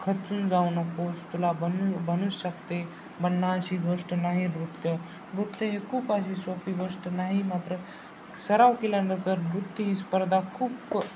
खचून जाऊ नकोस तूला बनू बनूच शकते बनेन अशी गोष्ट नाही नृत्य नृत्य हे खूप अशी सोपी गोष्ट नाही मात्र सराव केल्यानंतर नृत्य ही स्पर्धा खूप